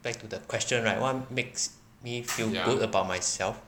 but back to the question right what makes me feel good about myself